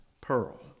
pearl